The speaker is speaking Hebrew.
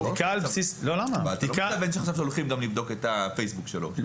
אתה לא מתכוון שעכשיו הולכים גם לבדוק את הפייסבוק שלו.